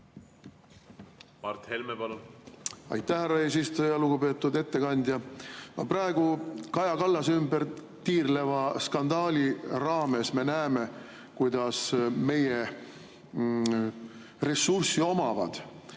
Mart Helme, palun! Aitäh, härra eesistuja! Lugupeetud ettekandja! Praegu Kaja Kallase ümber tiirleva skandaali raames me näeme, kuidas meie ressurssi omavad